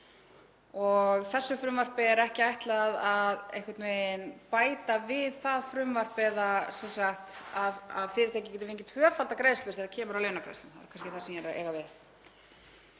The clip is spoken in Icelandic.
og þessu frumvarpi er ekki ætlað að einhvern veginn bæta við það frumvarp eða sem sagt að fyrirtækið geti fengið tvöfaldar greiðslur þegar kemur að launagreiðslum. Það er nú kannski það sem ég er að meina.